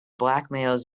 blackmails